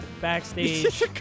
backstage